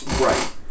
Right